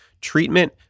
treatment